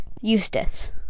eustace